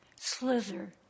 slither